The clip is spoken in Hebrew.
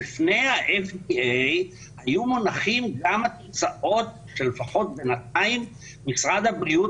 לפני ה-FDA היו מונחים גם התוצאות שלפחות בינתיים משרד הבריאות